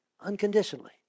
unconditionally